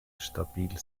stabil